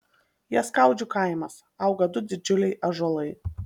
jaskaudžių kaimas auga du didžiuliai ąžuolai